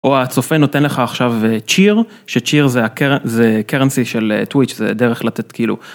או הצופה נותן לך עכשיו cheer, שcheer זה currency של Twitch, זה דרך לתת כאילו.